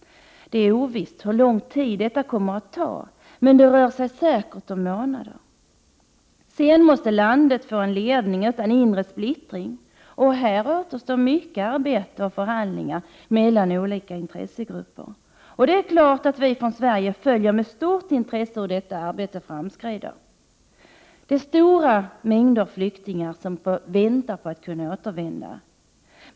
Det är ovisst hur lång tid detta kommer att ta, men det rör sig säkert om månader. Sedan måste landet få en ledning utan inre splittring, och här återstår mycket arbete och förhandlingar mellan olika intressegrupper. Det är klart att vi från Sverige med stort intresse följer hur detta arbete framskrider. Det är stora mängder flyktingar som väntar på att kunna återvända.